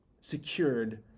secured